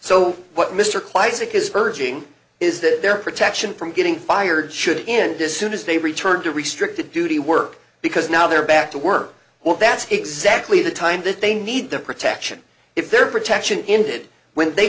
is urging is that their protection from getting fired should end this soon as they returned to restricted duty work because now they're back to work well that's exactly the time that they need the protection if their protection ended when they